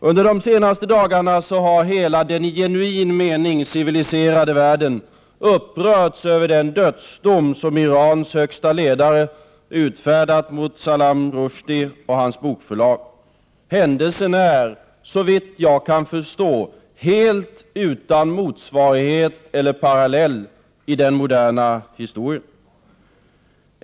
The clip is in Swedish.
Under de senaste dagarna har hela den i genuin mening civiliserade världen upprörts över den dödsdom Irans högsta ledare utfärdat mot Salman Rushdie och hans bokförlag. Händelsen är, såvitt jag kan förstå, helt utan motsvarighet eller parallell i den moderna historien.